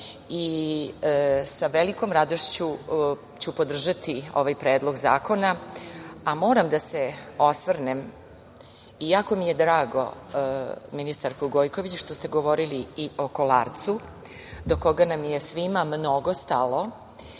velikom radošću ću podržati ovaj Predlog zakona. Moram da se osvrnem, jako mi je drago, ministarko Gojković, što ste govorili i o Kolarcu, do koga nam je svima mnogo stalo,